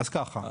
הכל אין חיבור.